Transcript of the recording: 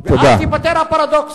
אז ייפתר הפרדוקס.